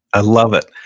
i love it.